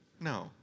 No